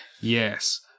yes